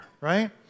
right